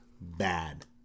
bad